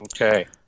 Okay